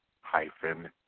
hyphen